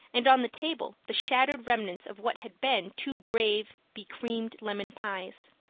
and on the table the shattered remnants of what had been two brave, becreamed lemon pies.